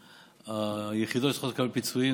היחידות שצריכות לקבל פיצויים,